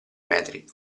metri